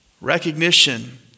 recognition